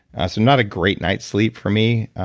that's and not a great night's sleep for me,